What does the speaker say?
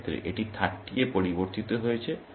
এই ক্ষেত্রে এটি 30 এ পরিবর্তিত হয়েছে